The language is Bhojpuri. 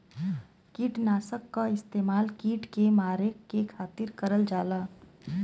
किटनाशक क इस्तेमाल कीट के मारे के खातिर करल जाला